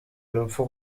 urupfu